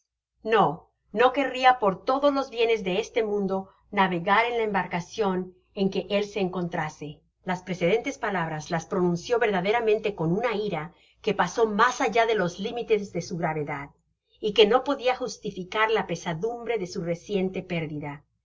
no no querria por todos los bienes de este mundo navegar en la embarcacion en que él se encontrase las precedentes palabras las pronunció verdaderamente con una ira que pasó mas allá de los limites de su gravedad y que no podia justificar la pesadumbre de su reciente pérdida